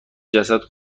جسد